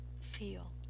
feel